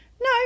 no